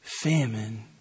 Famine